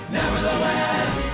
nevertheless